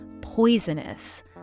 poisonous